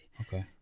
Okay